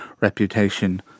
reputation